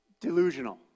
Delusional